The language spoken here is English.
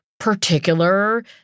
Particular